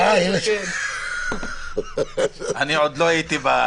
אליה, הוא התכוון לאיילת שקד.